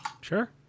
Sure